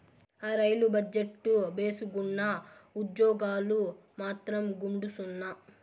ఆ, rail budget భేసుగ్గున్నా, ఉజ్జోగాలు మాత్రం గుండుసున్నా